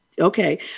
Okay